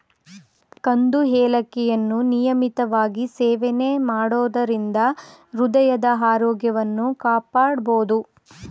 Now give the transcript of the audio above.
ಕಂದು ಏಲಕ್ಕಿಯನ್ನು ನಿಯಮಿತವಾಗಿ ಸೇವನೆ ಮಾಡೋದರಿಂದ ಹೃದಯದ ಆರೋಗ್ಯವನ್ನು ಕಾಪಾಡ್ಬೋದು